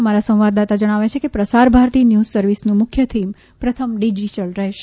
અમારા સંવાદદાતા જણાવે છે કે પ્રસારભારતી ન્યૂઝ સર્વિસનું મુખ્ય થીમ પ્રથમ ડિજીટલ રહેશે